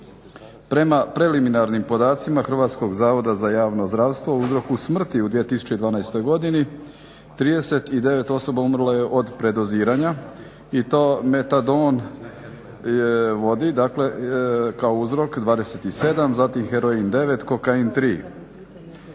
Prema preliminarnim podacima Hrvatskog zavoda za javno zdravstvo u uzroku smrti u 2012. godini 39 osoba umrlo je od predoziranja i to metadon vodi dakle kao uzrok 27, zatim heroin 9, kokain 3.